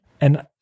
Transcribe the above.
And-